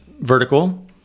vertical